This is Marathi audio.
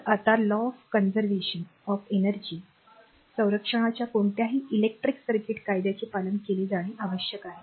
तर आता लॉं ऑफ कनझरवेशन उर्जेच्या संरक्षणाच्या कोणत्याही इलेक्ट्रिक सर्किट कायद्याचे पालन केले जाणे आवश्यक आहे